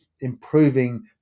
improving